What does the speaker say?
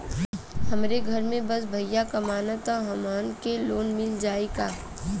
हमरे घर में बस भईया कमान तब हमहन के लोन मिल जाई का?